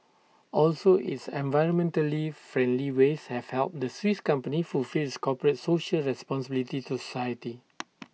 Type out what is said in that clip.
also its environmentally friendly ways have helped the Swiss company fulfil its corporate social responsibility to society